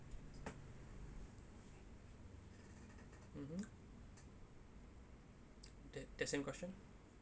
mmhmm that that same question